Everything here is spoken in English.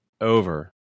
over